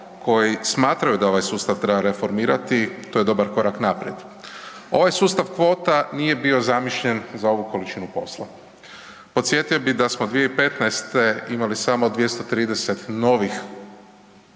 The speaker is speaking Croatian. koji smatraju da ovaj sustav treba reformirati, to je dobar korak naprijed. Ovaj sustav kvota nije bio zamišljen za ovu količinu posla. Podsjetio bi da smo 2015. imali samo 230 novih